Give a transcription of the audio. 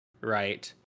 right